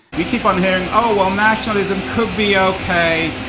we keep on hearing oh, well, nationalism could be ah okay.